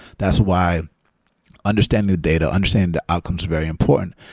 that's why understanding the data, understanding the outcomes is very important.